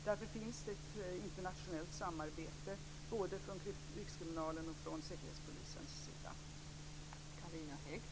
Det förekommer därför ett internationellt samarbete både från rikskriminalens och från säkerhetspolisens sida.